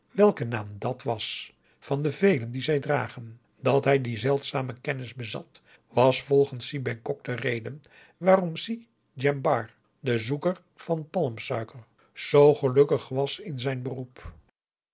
welke naam dat was van de velen die zij dragen dat hij die zeldzame kennis bezat was volgens si bengkok de reden waarom si djembar de zoeker van palmsuiker zoo gelukkig was in zijn beroep